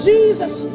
Jesus